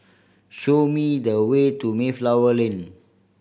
show me the way to Mayflower Lane